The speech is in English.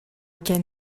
can